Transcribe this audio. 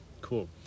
Cool